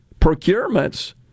procurements